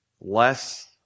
Less